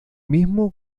mismo